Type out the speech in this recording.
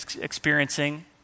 experiencing